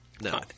No